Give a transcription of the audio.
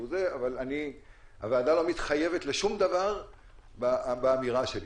אבל הוועדה לא מתחייבת לשום דבר באמירה שלי.